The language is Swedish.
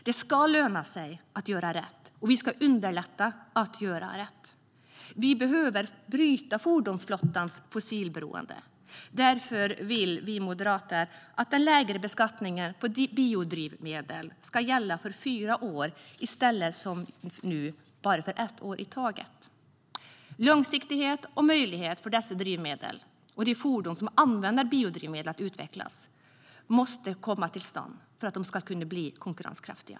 Det ska löna sig att göra rätt, och vi ska underlätta att göra rätt. Vi behöver bryta fordonsflottans fossilberoende. Därför vill Moderaterna att den lägre beskattningen av biodrivmedel ska gälla i fyra år i stället för som nu bara i ett år i taget. En långsiktighet och en möjlighet för dessa drivmedel och de fordon som använder biodrivmedel att utvecklas måste komma till stånd för att de ska bli konkurrenskraftiga.